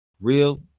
real